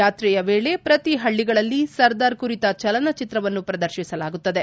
ಯಾಕ್ರೆಯ ವೇಳೆ ಪ್ರತಿ ಹಳ್ಳಿಗಳಲ್ಲಿ ಸರ್ದಾರ್ ಕುರಿತ ಚಲನಚಿತ್ರವನ್ನು ಪ್ರದರ್ಶಿಸಲಾಗುತ್ತದೆ